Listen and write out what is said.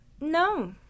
no